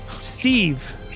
Steve